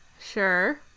Sure